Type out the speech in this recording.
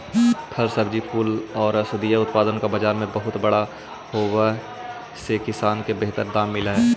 फल, सब्जी, फूल और औषधीय उत्पादों का बाजार बहुत बड़ा होवे से किसानों को बेहतर दाम मिल हई